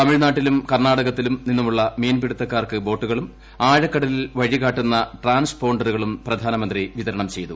തമിഴ്നാട്ടിലും കർണാടകത്തിലും നിന്നുള്ള മീൻപിടുത്തക്കാർക്ക് ബോട്ടുകളും ആഴക്കടലിൽ വഴിക്കാട്ടുന്ന ട്രാൻസ്പോണ്ടറുകളും പ്രധാനമന്ത്രി വിതരണം ചെയ്തു